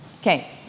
Okay